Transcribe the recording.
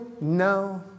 No